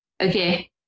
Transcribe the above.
Okay